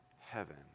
heaven